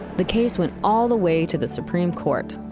the case went all the way to the supreme court.